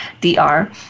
D-R